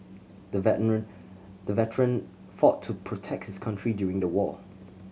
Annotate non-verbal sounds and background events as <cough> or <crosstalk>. the veteran the <unintelligible> fought to protect his country during the war